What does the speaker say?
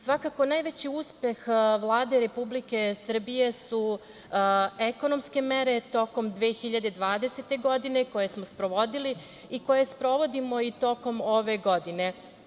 Svakako najveći uspeh Vlade Republike Srbije su ekonomske mere tokom 2020. godine koje smo sprovodili i koje sprovodimo i tokom ove godine.